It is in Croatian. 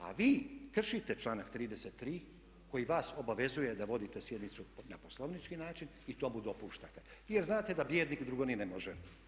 A vi kršite članak 33. koji vas obavezuje da vodite sjednicu na poslovnički način i to mu dopuštate, jer znate da bijednik drugo ni ne može.